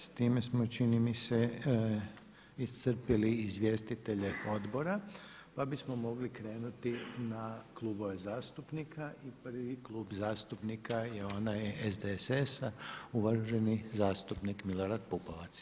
S time smo čini mi se iscrpli izvjestitelje odbora, pa bismo mogli krenuti na klubove zastupnika i prvi klub zastupnika je onaj SDSS-a, uvaženi zastupnik Milorad Pupovac.